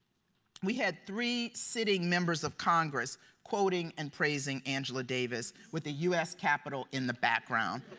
we had three sitting members of congress quoting and praising angela davis with the us capital in the background.